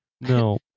No